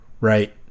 right